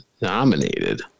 nominated